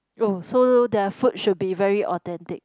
oh so their food should be very authentic